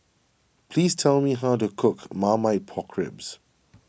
please tell me how to cook Marmite Pork Ribs